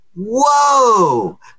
Whoa